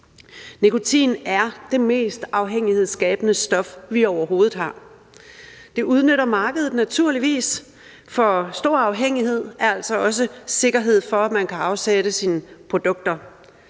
Nikotin er det mest afhængighedsskabende stof, vi overhovedet har. Det udnytter markedet naturligvis, for en stor afhængighed er altså også en sikkerhed for, at man kan afsætte sine produkter.